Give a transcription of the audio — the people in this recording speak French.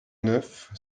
neuf